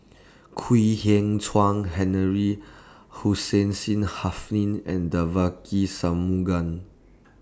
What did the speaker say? Kwek Hian Chuan Henry Hussein Seen and Devagi Sanmugam